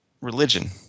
religion